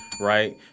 Right